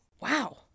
Wow